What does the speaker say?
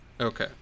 Okay